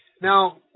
Now